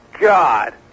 God